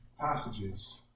passages